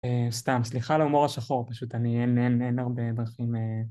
סתם, סליחה על ההומור השחור פשוט, אין הרבה דרכים...